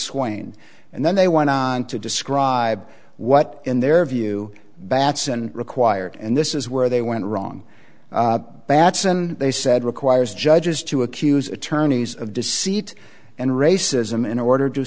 swing and then they went on to describe what in their view batson required and this is where they went wrong batson they said requires judges to accuse attorneys of deceit and racism in order to